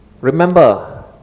remember